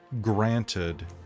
granted